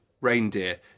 reindeer